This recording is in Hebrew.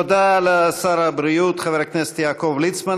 תודה לשר הבריאות, חבר הכנסת יעקב ליצמן.